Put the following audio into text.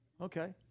Okay